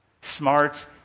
smart